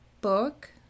book